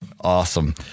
Awesome